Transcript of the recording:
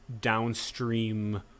downstream